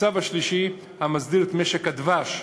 הצו השלישי, המסדיר את משק הדבש,